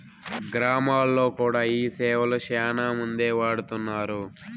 గ్రామాల్లో కూడా ఈ సేవలు శ్యానా మందే వాడుతున్నారు